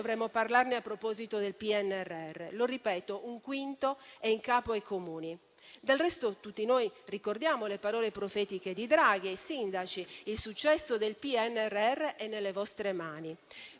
dovremmo parlarne a proposito del PNRR, che - lo ripeto - per un quinto è in capo ai Comuni. Del resto tutti noi ricordiamo le parole profetiche di Draghi ai sindaci: il successo del PNRR è nelle vostre mani.